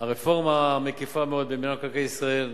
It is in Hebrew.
רפורמה מקיפה מאוד במינהל מקרקעי ישראל,